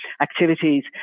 activities